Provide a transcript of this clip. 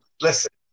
listen